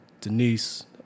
Denise